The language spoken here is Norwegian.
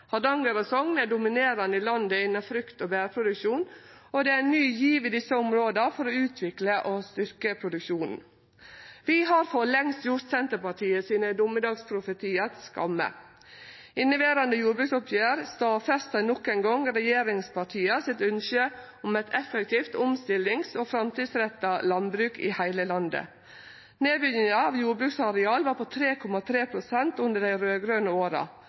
Hardanger og Sogn er dominerande i landet innan frukt- og bærproduksjon, og det er ein ny giv i desse områda for å utvikle og styrkje produksjonen. Vi har for lengst gjort Senterpartiet sine domedagsprofetiar til skamme. Inneverande jordbruksoppgjer stadfestar nok ein gong regjeringspartia sitt ønske om eit effektivt, omstillings- og framtidsretta landbruk i heile landet. Nedbygginga av jordbruksareal var på 3,3 pst. dei raud-grøne åra.